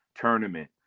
tournament